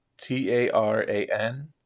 t-a-r-a-n